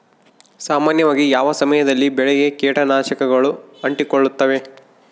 ಸಾಮಾನ್ಯವಾಗಿ ಯಾವ ಸಮಯದಲ್ಲಿ ಬೆಳೆಗೆ ಕೇಟನಾಶಕಗಳು ಅಂಟಿಕೊಳ್ಳುತ್ತವೆ?